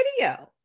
video